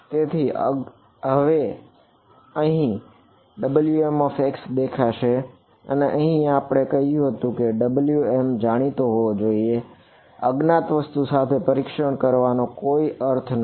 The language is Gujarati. તેથી અહીં અજ્ઞાત છે હવે અહીં Wmx દેખાશે અને અહીં આપણે કહ્યું હતું કે W જાણીતો હોવો જોઈએ અજ્ઞાત વસ્તુ સાથે પરીક્ષણ કરવાનો કોઈ અર્થ નથી